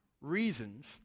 reasons